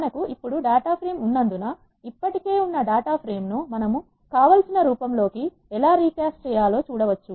మనకు ఇప్పుడు data frame ఉన్నందున ఇప్పటికే ఉన్న డేటా ఫ్రేమ్ ను మనకు కావలసిన రూపం లోకి ఎలా రీ కాస్ట్ చేయాలో చూడవచ్చు